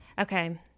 Okay